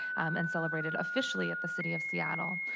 and celebrate it officially at the city of seattle.